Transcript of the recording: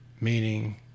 Meaning